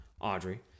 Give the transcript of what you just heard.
Audrey